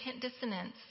dissonance